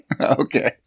Okay